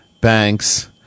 Banks